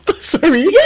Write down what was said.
Sorry